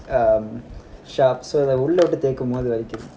shocks அ உள்ள எடுத்து வைக்கும் போது வலிக்குது:a ulla eduthu vaikum pothu valikuthu